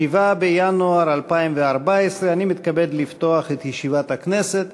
7 בינואר 2014. אני מתכבד לפתוח את ישיבת הכנסת.